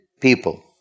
people